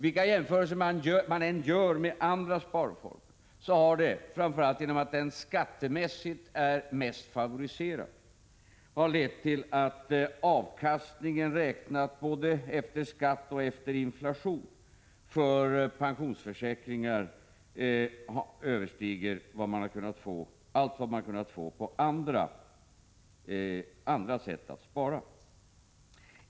Vilka andra sparformer man än jämför med har pensionsförsäkringarna, framför allt genom att de skattemässigt är mest favoriserade, lett till att avkastningen beräknad både efter skatt och efter inflation överstiger vad man har kunnat få genom andra sätt att spara.